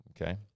Okay